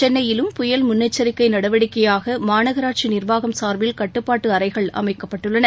சென்னையிலும் புயல் முன்னெச்சரிக்கை நடவடிக்கையாக மாநகராட்சி நிர்வாகம் சார்பில் கட்டுப்பாட்டு அறைகள் அமைக்கப்பட்டுள்ளன